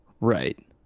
Right